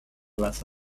glass